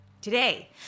Today